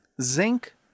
zinc